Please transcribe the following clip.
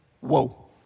Whoa